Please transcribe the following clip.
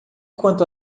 quanto